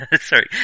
Sorry